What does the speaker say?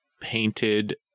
painted